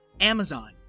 Amazon